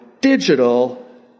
digital